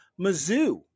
Mizzou